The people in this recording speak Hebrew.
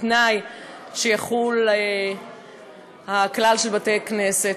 ובתנאי שיחול הכלל של בתי-כנסת.